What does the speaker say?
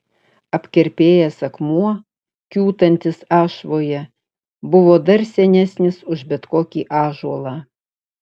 apkerpėjęs akmuo kiūtantis ašvoje buvo dar senesnis už bet kokį ąžuolą